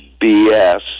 BS